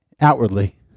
outwardly